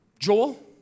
Joel